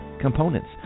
components